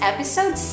Episode